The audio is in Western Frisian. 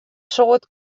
soad